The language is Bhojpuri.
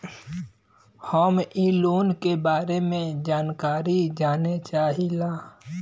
हम इ लोन के बारे मे जानकारी जाने चाहीला?